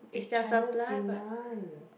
it's China's demand